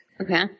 Okay